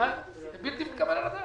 זה בלתי מתקבל על הדעת.